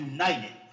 United